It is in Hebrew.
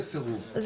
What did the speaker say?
הפרסום יהיה כאן.